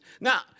now